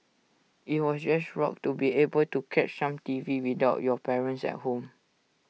IT was just rocked to be able to catch some T V without your parents at home